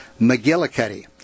McGillicuddy